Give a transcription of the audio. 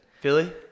Philly